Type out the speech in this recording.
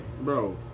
Bro